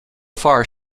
far